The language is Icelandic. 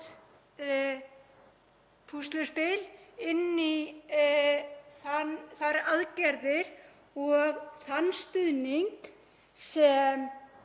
púsluspil inn í þær aðgerðir og þann stuðning sem